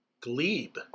Glebe